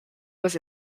was